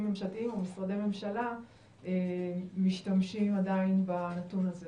ממשלתיים או משרדי ממשלה משתמשים עדיין בנתון הזה